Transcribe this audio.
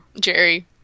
jerry